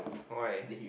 why